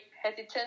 hesitant